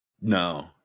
No